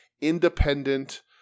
independent